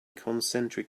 concentric